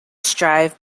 strive